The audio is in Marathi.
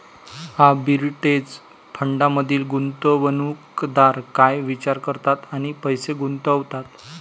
आर्बिटरेज फंडांमधील गुंतवणूकदार काय विचार करतात आणि पैसे गुंतवतात?